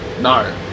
No